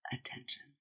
attention